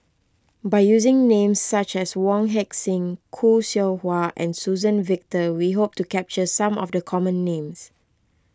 by using names such as Wong Heck Sing Khoo Seow Hwa and Suzann Victor we hope to capture some of the common names